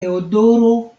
teodoro